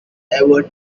ever